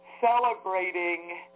celebrating